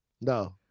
No